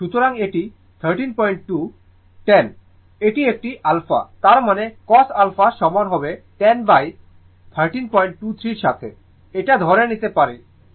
সুতরাং এটি 132 10 এটি একটি α তার মানে cos α সমান হবে 101323 এর সাথে এটা ধরে নিতে পারি